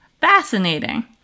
fascinating